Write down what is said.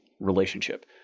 relationship